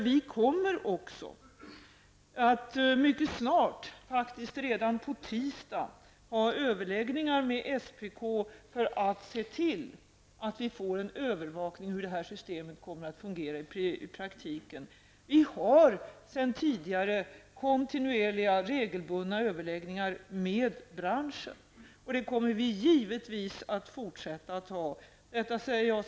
Vi kommer mycket snart, faktiskt redan på tisdag nästa vecka, att ha överläggningar med SPK i syfte att tillse att det blir en övervakning av hur systemet fungerar i praktiken. Vi har sedan tidigare kontinuerliga överläggningar med branschen, och det kommer vi givetvis att ha även i fortsättningen.